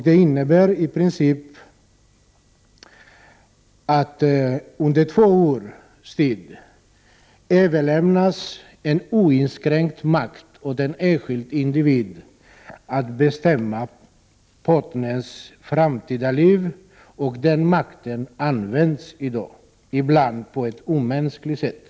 Det innebär i princip att en oinskränkt Prot. 1988/89:34 makt överlämnas under två års tid åt en enskild individ att bestämma sin 29 november 1988 partners framtida liv, och den makten används ibland på ett omänskligt sätt.